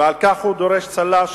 ועל כך הוא דורש צל"שים,